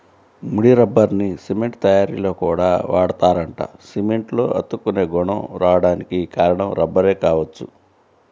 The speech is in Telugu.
ముడి రబ్బర్ని సిమెంట్ తయ్యారీలో కూడా వాడతారంట, సిమెంట్లో అతుక్కునే గుణం రాడానికి కారణం రబ్బరే గావచ్చు